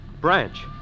Branch